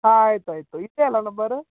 ಆಯ್ತಾಯ್ತು ಇಷ್ಟೆ ಅಲ್ಲ ನಂಬರ್